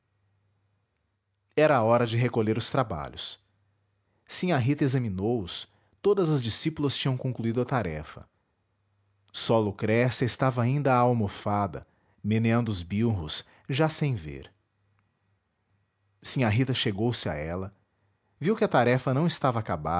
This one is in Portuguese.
a hora de recolher os trabalhos sinhá rita examinou os todas as discípulas tinham concluído a tarefa só lucrécia estava ainda à almofada meneando os bilros já sem ver sinhá rita chegou-se a ela viu que a tarefa não estava acabada